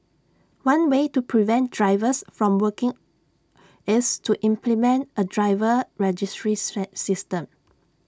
one way to prevent drivers from working is to implement A driver registry system